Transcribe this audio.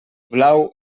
blau